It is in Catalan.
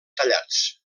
tallats